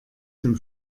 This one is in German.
dem